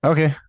Okay